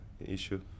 issue